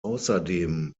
außerdem